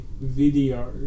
video